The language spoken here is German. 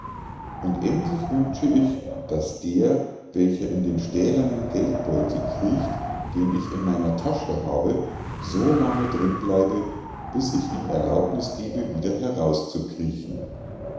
und endlich wünsche ich daß der welcher in den stählernen geldbeutel kriecht den ich in meiner tasche habe so lange drin bleibe bis ich ihm erlaubniß gebe wieder herauszukriechen